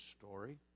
story